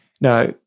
Now